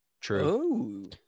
true